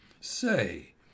Say